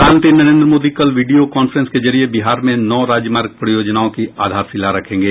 प्रधानमंत्री नरेन्द्र मोदी कल video conference के जरिये बिहार में नौ राजमार्ग परियोजनाओं की आधाशिला रखेंगे